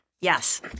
Yes